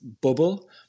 bubble